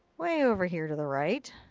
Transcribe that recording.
way over here to the right.